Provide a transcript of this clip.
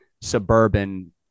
suburban